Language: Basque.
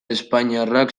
espainiarrak